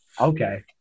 Okay